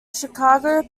chicago